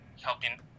helping